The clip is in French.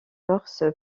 corse